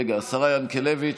רגע השרה ינקלביץ',